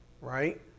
right